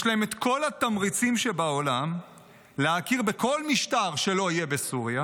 יש להם את כל התמריצים שבעולם להכיר בכל משטר שלא יהיה בסוריה,